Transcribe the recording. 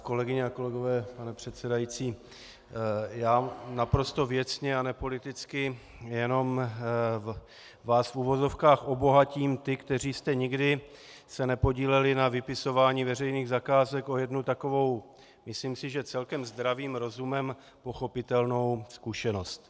Kolegyně a kolegové, pane předsedající, já naprosto věcně a nepoliticky vás v uvozovkách obohatím, ty, kteří jste nikdy se nepodíleli na vypisování veřejných zakázek, o jednu takovou, myslím si, že celkem zdravým rozumem pochopitelnou zkušenost.